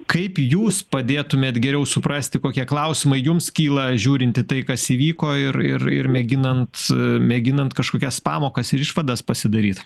kaip jūs padėtumėt geriau suprasti kokie klausimai jums kyla žiūrint į tai kas įvyko ir ir ir mėginant mėginant kažkokias pamokas ir išvadas pasidaryt